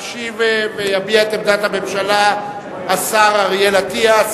ישיב ויביע את עמדת הממשלה השר אריאל אטיאס,